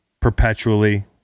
perpetually